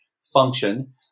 function